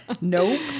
nope